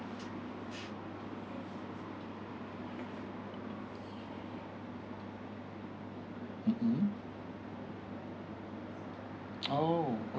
mmhmm !ow! okay